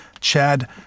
Chad